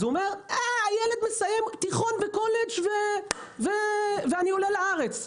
אז הוא אומר הילד מסיים תיכון בקולג' ואני עולה לארץ.